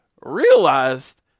realized